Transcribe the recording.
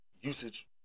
usage